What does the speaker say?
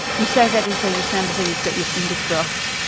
you say that as though you sound as though you've got your fingers crossed.